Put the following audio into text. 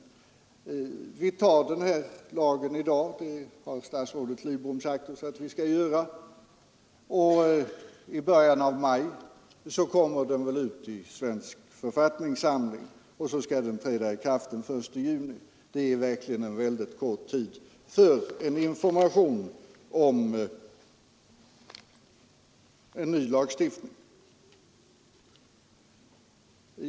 Vi antar den här lagen i dag — det har statsrådet Lidbom sagt att vi skall göra — och i början av maj kommer den väl ut i Svensk författningssamling och så skall den träda i kraft den 1 juni. Det är verkligen väldigt kort tid för information om en ny lagstiftning.